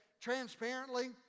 transparently